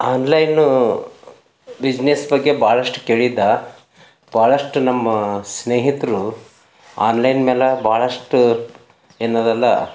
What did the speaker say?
online business ಬಗ್ಗೆ ಭಾಳಷ್ಟು ಕೆಳಿದ್ದ ಭಾಳಷ್ಟು ನಮ್ಮ ಸ್ನೇಹಿತರು ಆನ್ಲೈನ್ ಮೇಲೆ ಭಾಳಷ್ಟು ಅನ್ನೋದಲ್ಲಾ